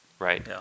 Right